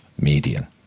median